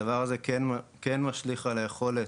הדבר הזה כן משליך על היכולת,